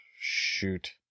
shoot